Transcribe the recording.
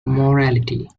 morality